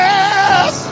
Yes